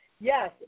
Yes